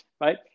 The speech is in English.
right